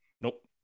Nope